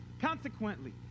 Consequently